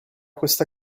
questa